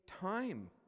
time